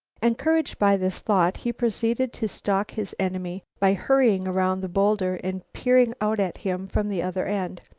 encouraged by this thought, he proceeded to stalk his enemy by hurrying around the bowlder and peering out at him from the other end.